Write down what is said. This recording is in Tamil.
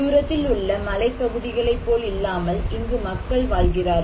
தூரத்தில் உள்ள மலைப் பகுதிகளை போல் இல்லாமல் இங்கு மக்கள் வாழ்கிறார்கள்